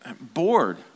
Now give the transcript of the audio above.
bored